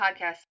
podcast